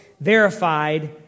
verified